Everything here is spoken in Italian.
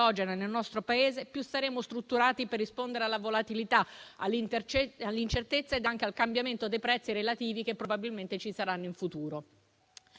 nel nostro Paese e più saremo strutturati per rispondere alla volatilità, all'incertezza e anche al cambiamento dei prezzi relativi che probabilmente ci saranno in futuro.